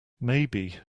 maybe